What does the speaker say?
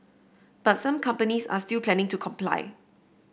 but some companies are still planning to comply